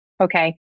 Okay